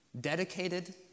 Dedicated